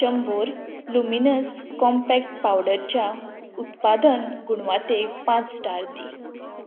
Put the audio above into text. Chambor luminous compact पावडरच्या उत्पादन गुणवातेक पांच स्टार दी